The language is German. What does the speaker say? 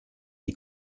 die